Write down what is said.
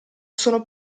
sono